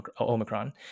Omicron